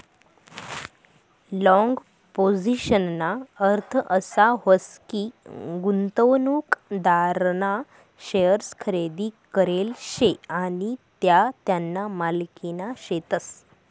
long पोझिशनना अर्थ असा व्हस की, गुंतवणूकदारना शेअर्स खरेदी करेल शे आणि त्या त्याना मालकीना शेतस